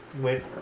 wait